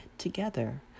Together